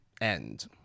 End